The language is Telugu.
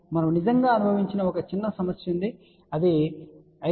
మనము నిజంగా అనుభవించిన ఒక చిన్న సమస్య ఉంది మరియు ఇది 5